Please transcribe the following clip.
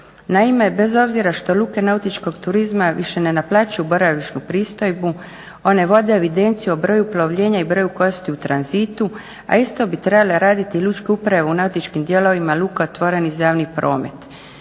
Naime, bez obzira što luke nautičkog turizma više ne naplaćuju boravišnu pristojbu, one vode evidenciju o broju plovljenja i broju gostiju u tranzitu, a isto bi trebale raditi lučke uprave u nautičkim dijelovima lukama otvorenih za javnih promet.